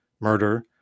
murder